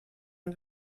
und